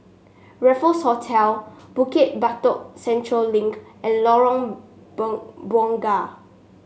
Raffles Hotel Bukit Batok Central Link and Lorong Bunga